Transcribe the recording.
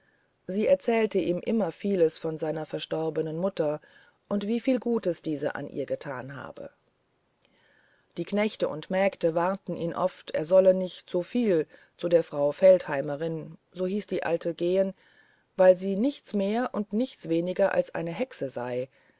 sie erzählte ihm immer vieles von seiner verstorbenen mutter und wieviel gutes diese an ihr getan habe die knechte und mägde warnten ihn oft er solle nicht so viel zu der frau feldheimerin so hieß die alte gehen weil sie nichts mehr und nichts weniger als eine hexe sei